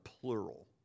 plural